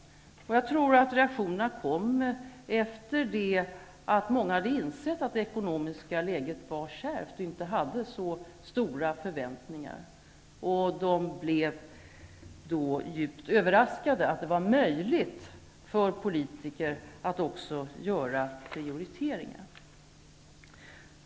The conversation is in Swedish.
Jag tror att reaktionerna kom efter det att många hade insett att det ekonomiska läget var kärvt och inte hade så stora förväntningar. De blev djupt överraskade av att det var möjligt för politiker att också göra prioriteringar.